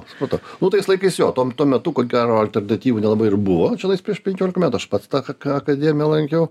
supratau nu tais laikais jo tom tuo metu ko gero alternatyvų nelabai ir buvo čionais prieš penkiolika metų aš pats tą ką ką akademiją lankiau